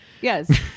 Yes